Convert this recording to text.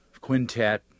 quintet